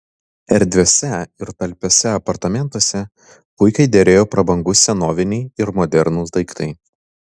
erdviuose ir talpiuose apartamentuose puikiai derėjo prabangūs senoviniai ir modernūs daiktai